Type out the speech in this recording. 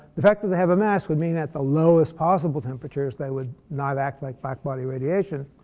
the fact that they have a mass would mean at the lowest possible temperatures they would not act like black-body radiation.